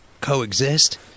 coexist